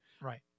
right